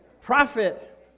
Profit